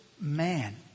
man